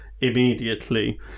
immediately